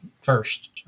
first